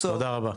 תודה רבה.